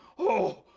oh,